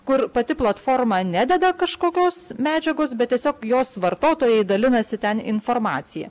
kur pati platforma nededa kažkokios medžiagos bet tiesiog jos vartotojai dalinasi ten informacija